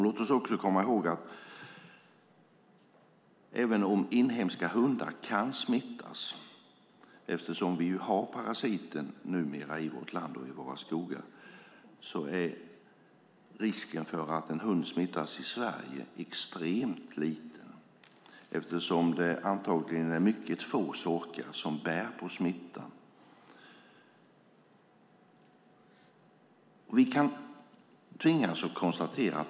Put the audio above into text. Låt oss också komma ihåg att även om inhemska hundar kan smittas, eftersom vi numera har parasiten i vårt land, är risken för att en hund smittas i Sverige extremt liten eftersom det antagligen är mycket få sorkar som bär på smittan.